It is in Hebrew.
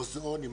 מוזיאונים,